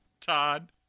Todd